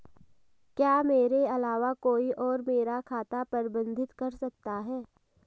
क्या मेरे अलावा कोई और मेरा खाता प्रबंधित कर सकता है?